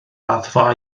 raddfa